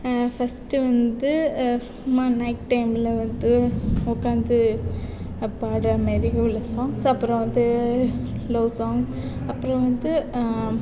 first வந்து சும்மா night டைமில் வந்து உட்காந்து பாடுகிற மாரி உள்ள சாங்ஸ் அப்புறம் வந்து லவ் சாங்ஸ் அப்புறம் வந்து